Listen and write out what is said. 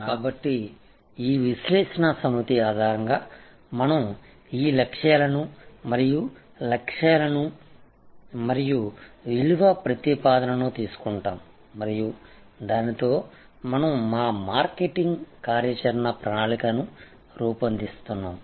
కాబట్టి ఈ విశ్లేషణ సమితి ఆధారంగా మనం ఈ లక్ష్యాలను మరియు లక్ష్యాలను మరియు విలువ ప్రతిపాదనను తీసుకుంటాము మరియు దానితో మనం మా మార్కెటింగ్ కార్యాచరణ ప్రణాళికను రూపొందిస్తాము